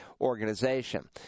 organization